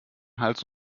hals